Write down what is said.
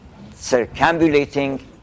circambulating